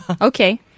Okay